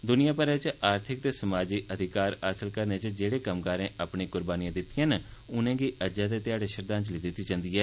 दुनिया भरै आर्थिक ते समाजी अधिकार हासल करने च जेहड़े कम्मगारें अपनिआं कुर्बानियां दित्ती दिआं न उनें'गी अज्जै दे ध्याड़े श्रद्धांजलि दित्ती जंदी ऐ